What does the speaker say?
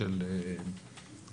הכוכבת העולה של מפלגת העבודה,